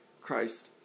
Christ